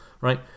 right